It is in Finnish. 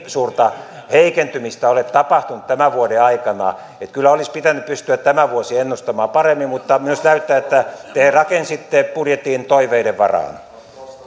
suurta heikentymistä ole tapahtunut tämän vuoden aikana niin että kyllä olisi pitänyt pystyä tämä vuosi ennustamaan paremmin mutta näyttää myös että te rakensitte budjetin toiveiden varaan nyt